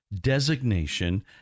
designation